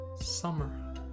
Summer